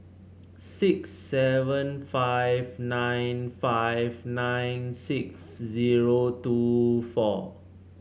six seven five nine five nine six zero two four